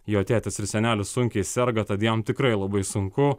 jo tėtis ir senelis sunkiai serga tad jam tikrai labai sunku